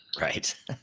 Right